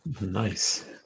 Nice